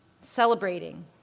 celebrating